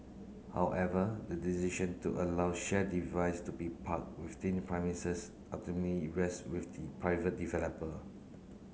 however the decision to allow shared device to be parked within the premises ultimately rests with the private developer